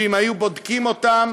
שאם היו בודקים אותם,